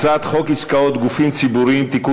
הצעת חוק עסקאות גופים ציבוריים (תיקון